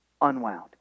unwound